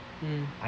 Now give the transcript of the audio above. mm